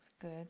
Good